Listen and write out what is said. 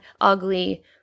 ugly